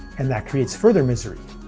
and that creates further misery.